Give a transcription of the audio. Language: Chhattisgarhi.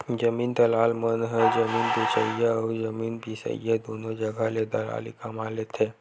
जमीन दलाल मन ह जमीन बेचइया अउ जमीन बिसईया दुनो जघा ले दलाली कमा लेथे